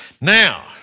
Now